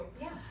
Yes